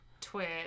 Twitch